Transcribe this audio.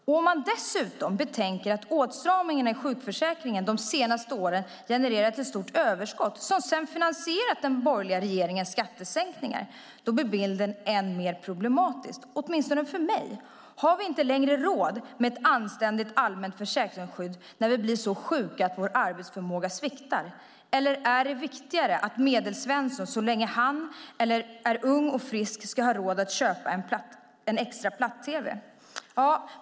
Betänker man dessutom att åtstramningarna i sjukförsäkringen de senaste åren genererat ett stort överskott som finansierat den borgerliga regeringens skattesänkningar blir bilden ännu mer problematisk - åtminstone för mig. Har Sverige inte längre råd med ett anständigt allmänt försäkringsskydd när vi blir sjuka och vår arbetsförmåga sviktar? Är det viktigare att medelsvensson, så länge han är ung och frisk, ska ha råd att köpa en extra platt-tv?